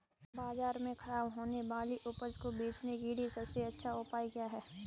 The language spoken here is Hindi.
बाजार में खराब होने वाली उपज को बेचने के लिए सबसे अच्छा उपाय क्या है?